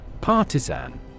Partisan